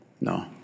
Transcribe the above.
No